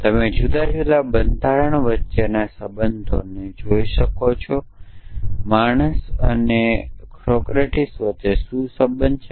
અને તમે જુદા જુદા બંધારણ વચ્ચેના સંબંધને જોઈ શકો છો કે માણસ હોવા અને નશ્વર હોવા વચ્ચે શું સંબંધ છે